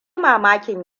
mamakin